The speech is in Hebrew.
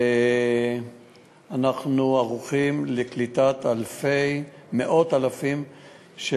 ואנחנו ערוכים לקליטת מאות אלפים של